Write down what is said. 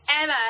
Emma